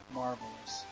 marvelous